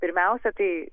pirmiausia tai